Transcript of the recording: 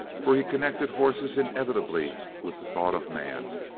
for he connected horses inevitably with the thought of man.